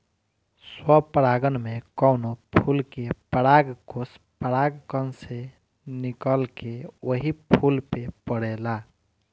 स्वपरागण में कवनो फूल के परागकोष परागण से निकलके ओही फूल पे पड़ेला